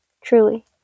Truly